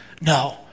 No